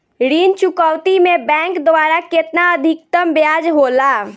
ऋण चुकौती में बैंक द्वारा केतना अधीक्तम ब्याज होला?